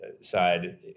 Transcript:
side